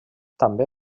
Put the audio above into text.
també